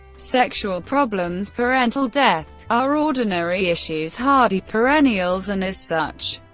sexual problems, parental death are ordinary issues, hardy perennials and, as such,